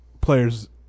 players